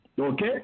Okay